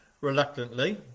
reluctantly